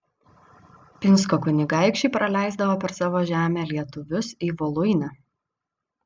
pinsko kunigaikščiai praleisdavo per savo žemę lietuvius į voluinę